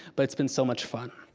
but it's been so much fun.